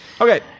Okay